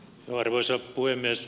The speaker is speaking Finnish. arvoisa puhemies